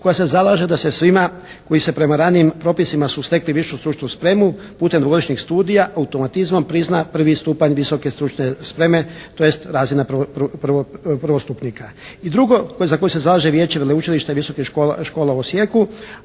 koje se zalaže da se svima koji se prema ranijim propisima su stekli višu stručnu spremu putem dugogodišnjih studija automatizmom prizna prvi stupanj visoke stručne spreme, tj. razina prvostupnika. I drugo za koje se zalaže Vijeće veleučilišta visokih škola u Osijeku,